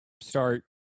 start